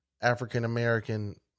African-American